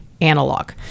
analog